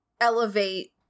elevate